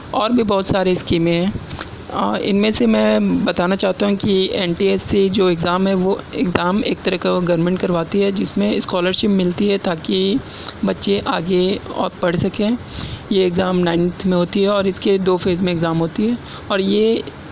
اور بھی بہت ساری اسکیمیں ہیں ان میں سے میں بتانا چاہتا ہوں کہ این ٹی ایس سی جو ایگزام ہے وہ ایگزام ایک طرح کا گورنمنٹ کرواتی ہے جس میں اسکالرشپ ملتی ہے تاکہ بچے آگے اور پڑھ سکیں یہ ایگزام نائنتھ میں ہوتی ہے اور اس کے دو فیز میں ایگزام ہوتی ہے اور یہ